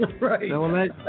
Right